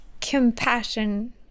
compassion